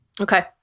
okay